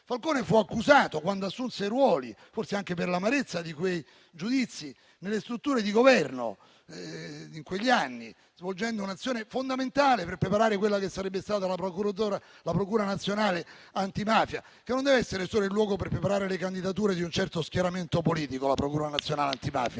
Falcone fu accusato quando assunse i ruoli, forse anche per l'amarezza di quei giudizi, nelle strutture di governo in quegli anni, svolgendo un'azione fondamentale per preparare quella che sarebbe stata la procura nazionale antimafia, che non deve essere solo il luogo per preparare le candidature di un certo schieramento politico. C'è una strana